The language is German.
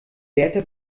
berta